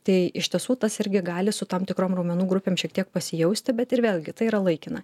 tai iš tiesų tas irgi gali su tam tikram raumenų grupėms šiek tiek pasijausti bet ir vėlgi tai yra laikina